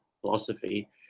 philosophy